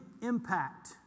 impact